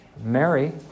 Mary